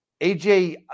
AJ